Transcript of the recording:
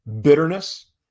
bitterness